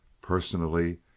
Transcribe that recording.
Personally